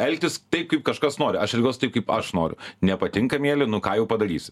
elgtis taip kaip kažkas nori aš elgiuosi taip kaip aš noriu nepatinka mieli nu ką jau padarysi